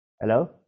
Hello